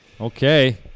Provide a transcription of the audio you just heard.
Okay